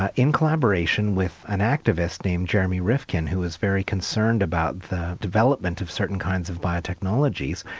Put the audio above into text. ah in collaboration with an activist named jeremy rifkin who was very concerned about the development of certain kinds of biotechnologies.